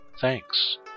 Thanks